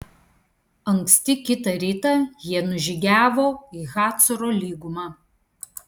anksti kitą rytą jie nužygiavo į hacoro lygumą